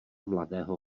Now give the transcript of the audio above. mladého